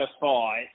five